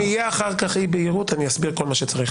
אם תהיה אחר כך אי בהירות אני אסביר כל מה שצריך.